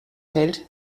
feld